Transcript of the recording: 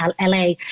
LA